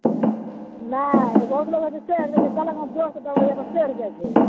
अहँ नहि रोस लगय छै तऽ चढ़ि जेतय कहलक हँ जोरसँ दबाबय लए तऽ चढ़ि जाइ छै